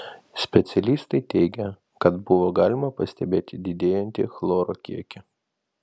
specialistai teigė kad buvo galima pastebėti didėjantį chloro kiekį